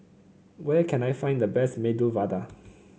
where can I find the best Medu Vada